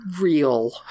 real